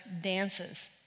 dances